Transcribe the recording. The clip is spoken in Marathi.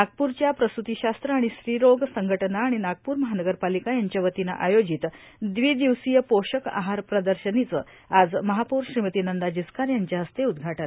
नागपूरच्या प्रसुतीशास्त्र आणि स्त्री रोग संघटना आणि नागपूर महानगर पालिका यांच्या वतीनं आयोजित द्विदिवसीय पोषक आहार प्रदर्शनीचं आज महापौर श्रीमती नंदा जिचकार यांच्या हस्ते उद्घाटन